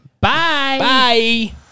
Bye